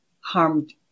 harmed